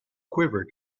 quivered